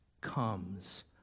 comes